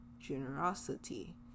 Generosity